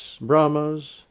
Brahmas